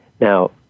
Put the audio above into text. Now